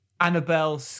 Annabelle